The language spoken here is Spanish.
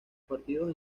partidos